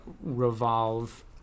revolve